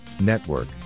Network